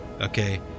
okay